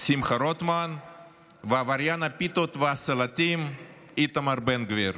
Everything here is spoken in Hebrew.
שמחה רוטמן ועבריין הפיתות והסלטים איתמר בן גביר.